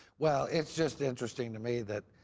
well, it's just interesting to me that,